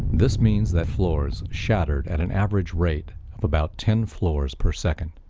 this means that floors shattered at an average rate of about ten floors per second.